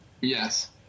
Yes